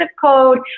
code